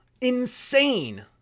Insane